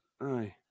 Aye